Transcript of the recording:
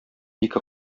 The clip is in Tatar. ике